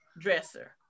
dresser